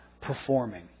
performing